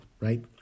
right